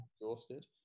exhausted